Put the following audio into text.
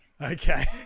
Okay